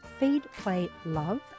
feedplaylove